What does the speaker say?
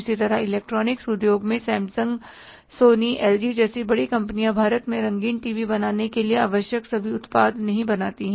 इसी तरह इलेक्ट्रॉनिक्स उद्योग में सैमसंग सोनी एलजी जैसी बड़ी कंपनियां भारत में रंगीन टीवी बनाने के लिए आवश्यक सभी उत्पाद नहीं बनाती हैं